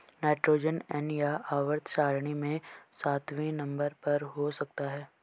nitrogen N यह आवर्त सारणी में सातवें नंबर पर हो सकता है